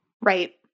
Right